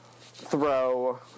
throw